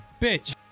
bitch